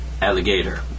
Alligator